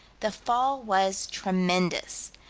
the fall was tremendous.